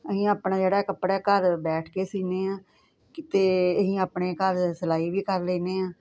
ਅਸੀਂ ਆਪਣਾ ਜਿਹੜਾ ਕੱਪੜਾ ਘਰ ਬੈਠ ਕੇ ਸੀਨੇਂ ਆਂ ਤੇ ਅਹੀਂ ਆਪਣੇ ਘਰ ਸਿਲਾਈ ਵੀ ਕਰ ਲੈਨੇ ਆਂ